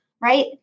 right